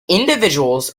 individuals